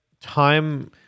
time